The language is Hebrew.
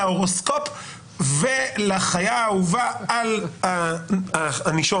להורוסקופ ולחיה האהובה על הנישום.